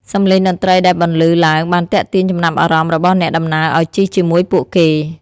សំឡេងតន្រ្តីដែលបន្លឺឡើងបានទាក់ទាញចំណាប់អារម្មណ៍របស់អ្នកដំណើរឱ្យជិះជាមួយពួកគេ។